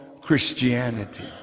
Christianity